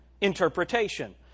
interpretation